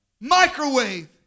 microwave